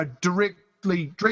directly